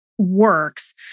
Works